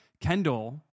Kendall